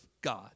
God